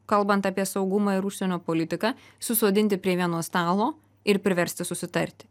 kalbant apie saugumą ir užsienio politiką susodinti prie vieno stalo ir priversti susitarti